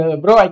bro